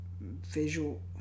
Visual